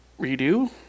redo